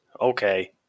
Okay